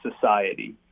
society